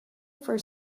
for